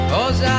Cause